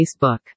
Facebook